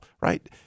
Right